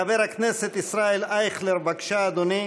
חבר הכנסת ישראל אייכלר, בבקשה, אדוני.